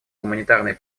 гуманитарной